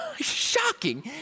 shocking